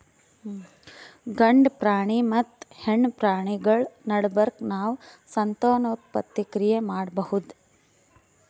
ಗಂಡ ಪ್ರಾಣಿ ಮತ್ತ್ ಹೆಣ್ಣ್ ಪ್ರಾಣಿಗಳ್ ನಡಬರ್ಕ್ ನಾವ್ ಸಂತಾನೋತ್ಪತ್ತಿ ಕ್ರಿಯೆ ಮಾಡಬಹುದ್